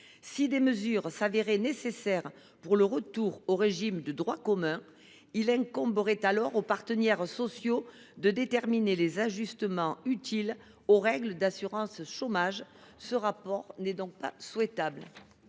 Si des mesures s’avéraient nécessaires pour le retour au régime de droit commun, il incomberait alors aux partenaires sociaux de déterminer les ajustements utiles aux règles d’assurance chômage. Ce rapport n’est donc pas souhaitable.